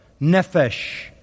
Nefesh